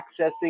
accessing